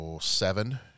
seven